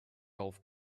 golf